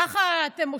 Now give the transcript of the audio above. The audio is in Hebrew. ככה אתם מושלים?